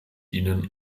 ihnen